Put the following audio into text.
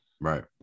Right